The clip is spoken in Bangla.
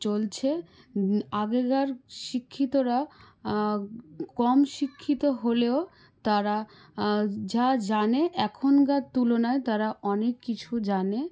চলছে আগেকার শিক্ষিতরা কম শিক্ষিত হলেও তারা যা জানে এখনকার তুলনায় তারা অনেক কিছু জানে